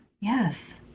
Yes